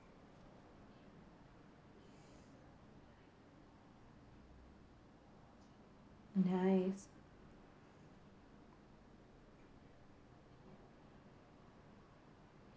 nice